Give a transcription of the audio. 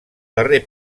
darrer